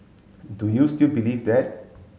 do you still believe that